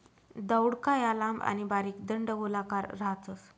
दौडका या लांब आणि बारीक दंडगोलाकार राहतस